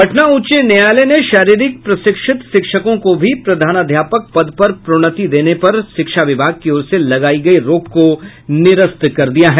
पटना उच्च न्यायालय ने शरीरिक प्रशिक्षित शिक्षकों को भी प्रधानाध्यापक पद पर प्रोन्नति देने पर शिक्षा विभाग की ओर से लगायी रोक को निरस्त करते कर दिया है